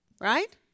Right